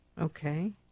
Okay